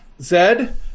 Zed